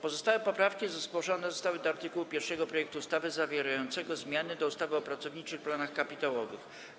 Pozostałe poprawki zgłoszone zostały do art. 1 projektu ustawy zawierającego zmiany do ustawy o pracowniczych planach kapitałowych.